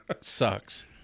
sucks